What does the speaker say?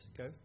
go